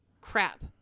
crap